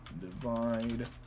divide